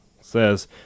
says